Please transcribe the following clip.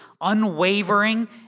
unwavering